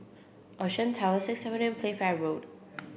Ocean Towers Sixth Avenue and Playfair Road